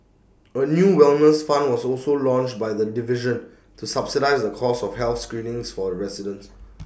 A new wellness fund was also launched by the division to subsidise the cost of health screenings for residents